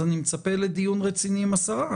אז אני מצפה לדיון רציני עם השרה.